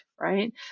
right